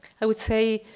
i would say,